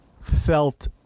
felt